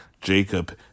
Jacob